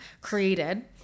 created